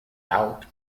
out